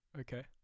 okay